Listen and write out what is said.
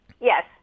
Yes